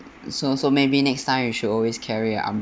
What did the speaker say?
so so maybe next time you should always carry a umbrella